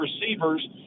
receivers